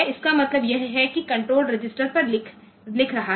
इसका मतलब यह है कि यह कण्ट्रोल रजिस्टर पर लिख रहा है